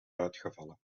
uitgevallen